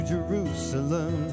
Jerusalem